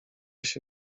się